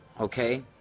Okay